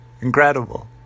Incredible